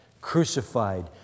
crucified